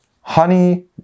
Honey